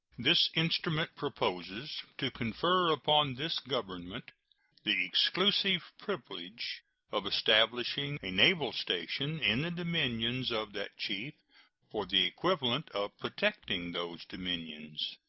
this instrument proposes to confer upon this government the exclusive privilege of establishing a naval station in the dominions of that chief for the equivalent of protecting those dominions.